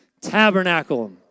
Tabernacle